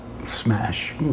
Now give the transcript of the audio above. smash